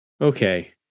Okay